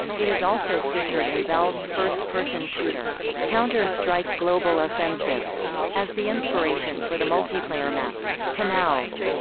it is also featured in valve's first person shooter counter strike global offensive as the inspiration for the multiplayer map canals.